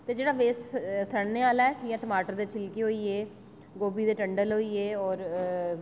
ते जेह्ड़ा वेस्ट सड़ने आह्ला ऐ जियां टमाटर दे शिलके होई गे गोभी दे टंडल होई गे और